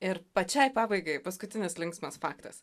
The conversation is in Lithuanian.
ir pačiai pabaigai paskutinis linksmas faktas